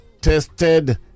tested